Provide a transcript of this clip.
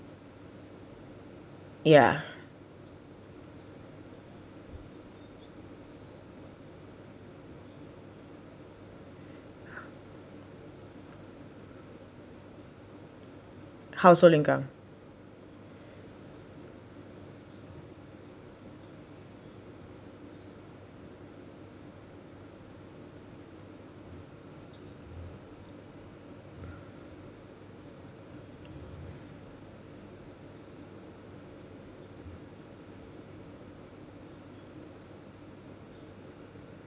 ya household income